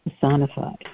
Personified